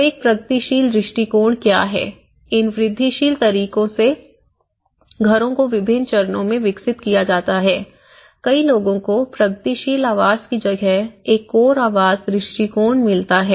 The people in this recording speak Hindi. तो एक प्रगतिशील दृष्टिकोण क्या है इन वृद्धिशील तरीके से घरों को विभिन्न चरणों में विकसित किया जाता हैं कई लोगों को प्रगतिशील आवास की जगह एक कोर आवास दृष्टिकोण मिलता है